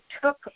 took